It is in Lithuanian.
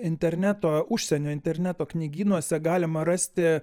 interneto užsienio interneto knygynuose galima rasti